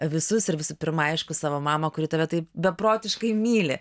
visus ir visų pirma aišku savo mamą kuri tave taip beprotiškai myli